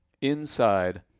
inside